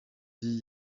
dit